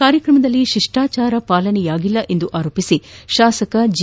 ಕಾರ್ಯಕ್ರಮದಲ್ಲಿ ಶಿಷ್ಟಾಚಾರ ಪಾಲನೆಯಾಗಿಲ್ಲ ಎಂದು ಆರೋಪಿಸಿ ಶಾಸಕ ಜಿ